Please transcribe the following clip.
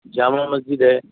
جامع مسجد ہے